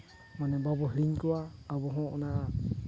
ᱵᱟᱵᱚ ᱦᱤᱲᱤᱧ ᱠᱚᱣᱟ ᱟᱵᱚ ᱦᱚᱸ ᱚᱱᱟ